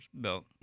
built